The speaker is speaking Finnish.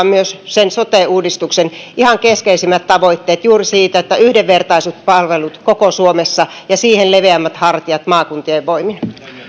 myös sote uudistuksen ihan keskeisimmät tavoitteet juuri yhdenvertaiset palvelut koko suomessa ja siihen leveämmät hartiat maakuntien voimin